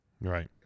Right